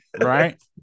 right